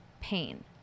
pain